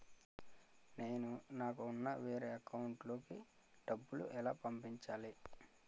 నేను నాకు ఉన్న వేరే అకౌంట్ లో కి డబ్బులు ఎలా పంపించాలి?